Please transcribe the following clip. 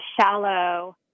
shallow